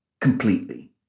completely